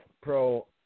pro